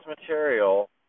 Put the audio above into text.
material